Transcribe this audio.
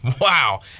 Wow